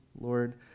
lord